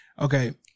okay